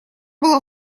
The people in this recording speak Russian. была